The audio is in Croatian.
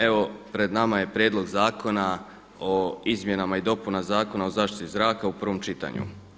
Evo pred nama je Prijedlog zakona o izmjenama i dopunama Zakona o zaštiti zraka u prvom čitanju.